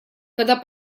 когда